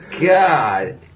God